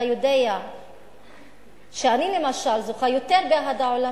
אתה יודע שאני למשל זוכה יותר באהדה עולמית,